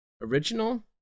Original